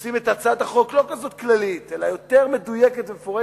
עושים את הצעת החוק לא כללית כזאת אלא יותר מדויקת ומפורטת,